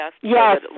Yes